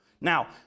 Now